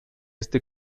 este